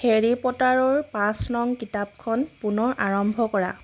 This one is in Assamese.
হেৰী পটাৰৰ পাঁচ নং কিতাপখন পুনৰ আৰম্ভ কৰা